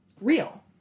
real